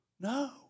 No